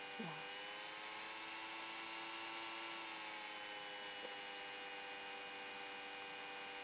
ya